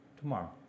tomorrow